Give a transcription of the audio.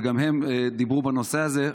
וגם הם דיברו בנושא הזה.